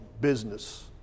business